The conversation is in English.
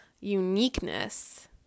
uniqueness